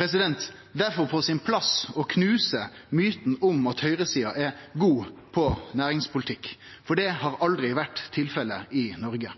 Det er på sin plass å knuse myten om at høgresida er god på næringspolitikk, for det har aldri vore tilfellet i Noreg.